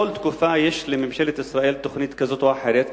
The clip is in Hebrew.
בכל תקופה יש לממשלת ישראל תוכנית כזאת או אחרת.